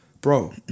bro